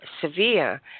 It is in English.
severe